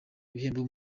ibihembo